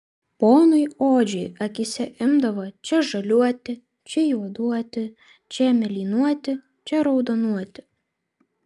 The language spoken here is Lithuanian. ponui odžiui akyse imdavo čia žaliuoti čia juoduoti čia mėlynuoti čia raudonuoti